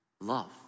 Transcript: love